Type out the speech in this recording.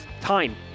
time